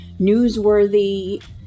newsworthy